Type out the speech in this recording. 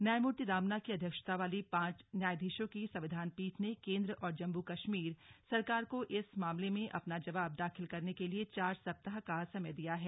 न्यायमूर्ति रमणा की अध्यक्षता वाली पांच न्यायाधीशों की संविधान पीठ ने केन्द्र और जम्मू कश्मीर सरकार को इस मामले में अपना जवाब दाखिल करने के लिए चार सप्ताह का समय दिया है